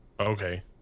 Okay